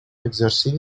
exercí